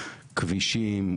כבישים,